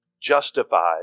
Justified